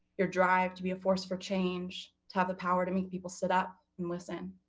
your drive to be a force for change, to have the power to make people sit up and listen.